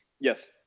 Yes